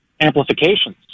amplifications